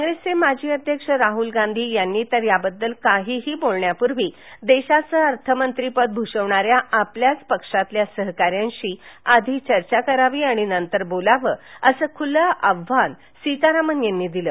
काँग्रेसचे माजी अध्यक्ष राहुल गांधी यांनी तर याबद्दल काहीही बोलण्यापूर्वी देशाचे अर्थमंत्रीपद भूषवणाऱ्या आपल्याच पक्षातील सहकाऱ्यांशी आधी चर्चा करावी मगच बोलावे असं खुलं आव्हान सीतारामन यांनी दिलं